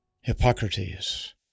Hippocrates